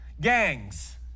gangs